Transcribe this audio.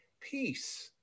Peace